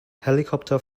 helicopter